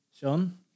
Sean